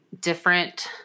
different